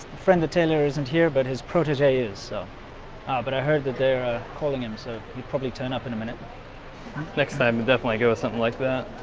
friend the taylor isn't here, but his protege is so ah but i heard that they're calling him said he'd probably turn up in a minute next time i'm definitely go with something like that